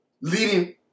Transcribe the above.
leading